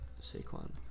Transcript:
Saquon